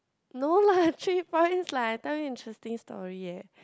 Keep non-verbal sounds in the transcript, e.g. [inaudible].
no lah [laughs] three points lah I tell you interesting story eh